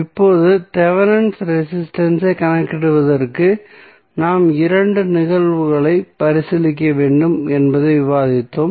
இப்போது Thevenin resistance ஐ கணக்கிடுவதற்கு நாம் இரண்டு நிகழ்வுகளை பரிசீலிக்க வேண்டும் என்பதையும் விவாதித்தோம்